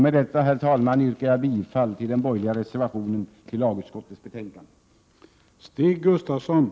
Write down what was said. Med detta, herr talman, yrkar jag bifall till den borgerliga reservationen vid lagutskottets föreliggande betänkande.